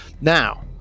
Now